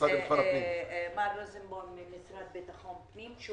למר רוזנבאום מהמשרד לביטחון פנים,